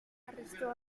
arrestó